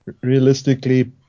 realistically